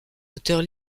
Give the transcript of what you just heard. auteurs